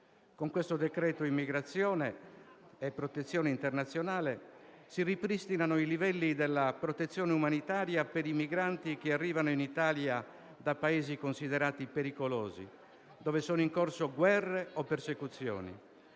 Con il decreto-legge su immigrazione e protezione internazionale al nostro esame si ripristinano i livelli della protezione umanitaria per i migranti che arrivano in Italia da Paesi considerati pericolosi, dove sono in corso guerre o persecuzioni,